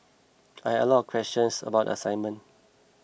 I had a lot of questions about the assignment